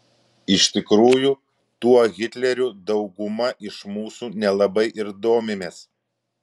iš tikrųjų tuo hitleriu dauguma iš mūsų nelabai ir domimės